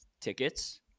tickets